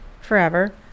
forever